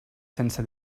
sense